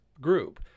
group